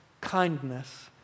kindness